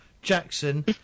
Jackson